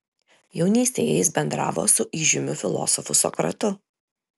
jaunystėje jis bendravo su įžymiu filosofu sokratu